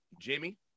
Jimmy